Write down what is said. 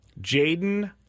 Jaden